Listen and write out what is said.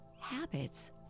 habits